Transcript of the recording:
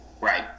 Right